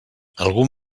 algun